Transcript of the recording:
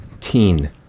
Teen